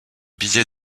billets